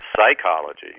psychology